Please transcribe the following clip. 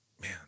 man